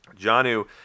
Janu